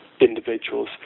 individuals